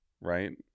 right